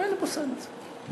אינני פוסל את זה.